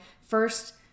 first